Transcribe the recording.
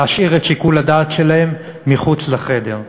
להשאיר את שיקול הדעת שלהם מחוץ לחדר.